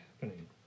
happening